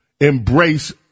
embrace